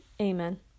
Amen